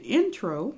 intro